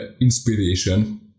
inspiration